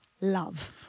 love